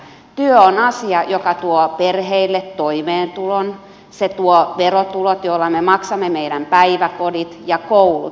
työ on asia joka tuo perheille toimeentulon se tuo verotulot joilla me maksamme meidän päiväkodit ja koulut